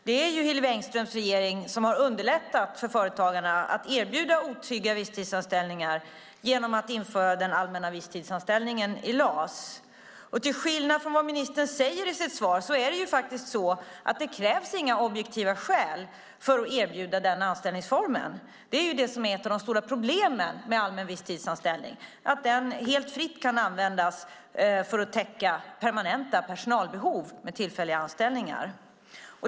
Det är ju Hillevi Engströms regering som har underlättat för företagarna att erbjuda otrygga visstidsanställningar genom att införa den allmänna visstidsanställningen i LAS. Till skillnad mot vad ministern säger i sitt svar är det faktiskt så att det inte krävs några objektiva skäl för att erbjuda den anställningsformen. Det är ju det som är ett av de stora problemen med allmän visstidsanställning. Den kan helt fritt användas för att täcka permanenta personalbehov med tillfälliga anställningar.